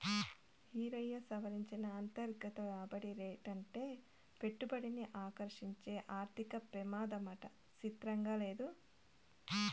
ఈరయ్యా, సవరించిన అంతర్గత రాబడి రేటంటే పెట్టుబడిని ఆకర్సించే ఆర్థిక పెమాదమాట సిత్రంగా లేదూ